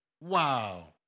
wow